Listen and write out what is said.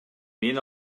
мен